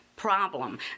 Problem